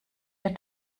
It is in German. der